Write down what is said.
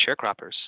sharecroppers